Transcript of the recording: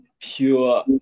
pure